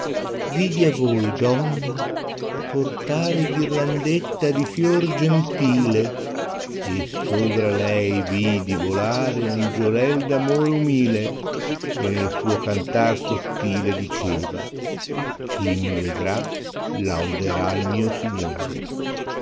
vidi a voi donna portare ghirlandetta di fior gentile sovra lei vidi volare angìolel d amore umile e nel suo cantar sottile diceva chi mi vedrà lauderà il mio signore